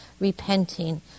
repenting